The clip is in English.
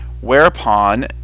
whereupon